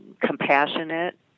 compassionate